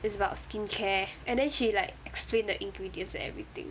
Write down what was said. it's about skincare and then she like explain the ingredients and everything